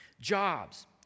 Jobs